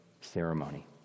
ceremony